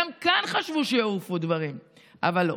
גם כאן חשבו שיעופו דברים, אבל לא.